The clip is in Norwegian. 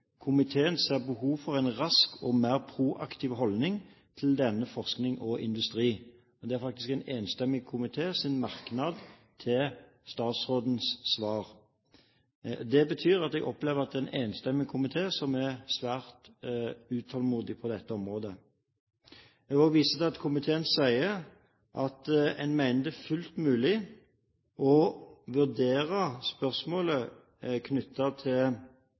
Komiteen ser behovet for en raskere og mer proaktiv holdning til denne forskning og industri.» Dette er faktisk en enstemmig komités merknad til statsrådens svar. Det betyr at jeg opplever at det er en enstemmig komité som er svært utålmodig på dette området. Jeg vil også vise til at komiteen mener at det er fullt mulig å vurdere spørsmålet knyttet til